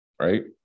right